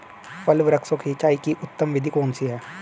फल वृक्षों की सिंचाई की उत्तम विधि कौन सी है?